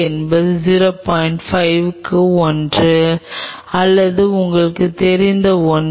5 க்கு ஒன்று அல்லது உங்களுக்குத் தெரிந்த ஒன்று